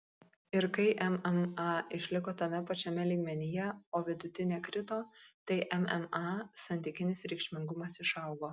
ir kai mma išliko tame pačiame lygmenyje o vidutinė krito tai mma santykinis reikšmingumas išaugo